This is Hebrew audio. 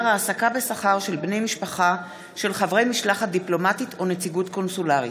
העסקה בשכר של בני משפחה של חברי משלחת דיפלומטית או נציגות קונסולרית,